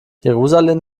jerusalem